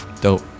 Dope